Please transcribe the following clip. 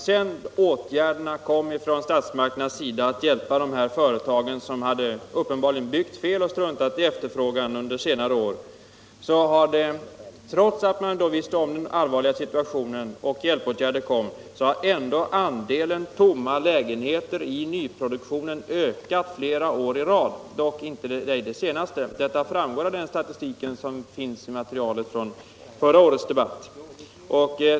Sedan åtgärder vidtogs av statsmakterna för att hjälpå de företag som uppenbarligen byggt fel och struntat i efterfrågan under senare år ökade — trots' att man visste om den allvarliga situationen — andelen tomma lägenheter i nyproduktionen flera år i rad, dock inte det senaste. Detta framgår av den statistik som finns i materialet från förra årets debatt.